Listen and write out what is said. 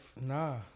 Nah